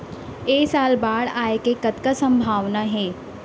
ऐ साल बाढ़ आय के कतका संभावना हे?